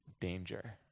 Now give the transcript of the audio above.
danger